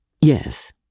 Yes